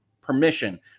permission